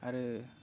आरो